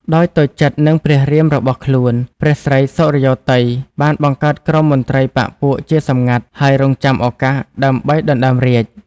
ដោយតូចចិត្តនិងព្រះរាមរបស់ខ្លួន ព្រះស្រីសុរិយោទ័យ បានបង្កើតក្រុមមន្ត្រីបក្សពួកជាសម្ងាត់ហើយរងចាំឱកាសដើម្បីដណ្ដើមរាជ្យ ។